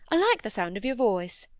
i like the sound of your voice